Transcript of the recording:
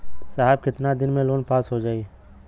साहब कितना दिन में लोन पास हो जाई?